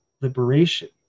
liberation